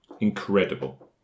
Incredible